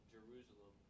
Jerusalem